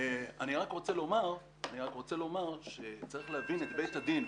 אני רק רוצה לומר שצריך להבין את בית הדין.